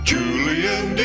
Julian